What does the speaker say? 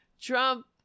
Trump